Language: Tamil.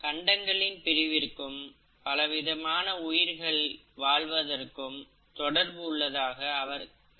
கண்டங்களின் பிரிவிற்கும் பல விதமான உயிரினங்கள் வாழ்வதற்கும் தொடர்பு உள்ளதாக அவர் கருதினார்